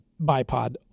bipod